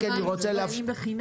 לפני